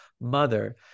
mother